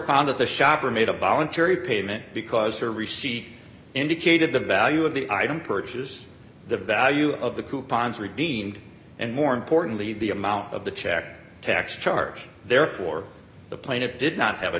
that the shopper made a voluntary payment because her receipt indicated the value of the item purchase the value of the coupons redeemed and more importantly the amount of the check tax charge therefore the planet did not have a